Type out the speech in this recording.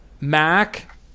Mac